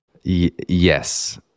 Yes